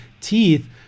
teeth